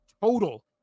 total